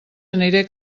aniré